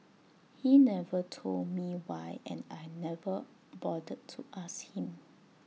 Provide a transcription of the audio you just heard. he never told me why and I never bothered to ask him